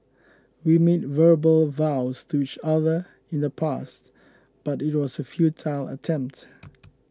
we made verbal vows to each other in the past but it was a futile attempt